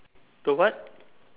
the what